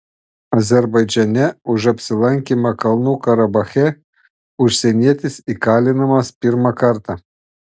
azerbaidžane už apsilankymą kalnų karabache užsienietis įkalinamas pirmą kartą